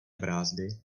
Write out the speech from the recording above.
brázdy